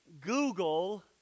Google